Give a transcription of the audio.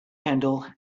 handle